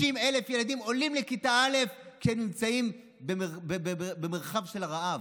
50,000 ילדים עולים לכיתה א' כשהם נמצאים במרחב של רעב.